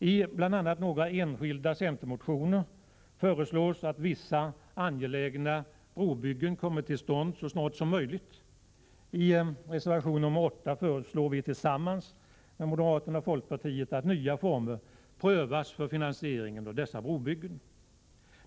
I bl.a. några enskilda centermotioner föreslås att vissa angelägna brobyggen kommer till stånd så snart som möjligt. I reservation nr 8 föreslår vi, tillsammans med moderaterna och folkpartiet, att nya former prövas för finansiering av dessa brobyggen.